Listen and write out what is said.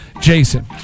Jason